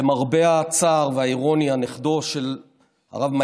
למרב הצער והאירוניה נכדו של הרב מייזל,